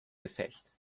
gefecht